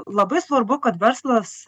labai svarbu kad verslas